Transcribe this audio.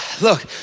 Look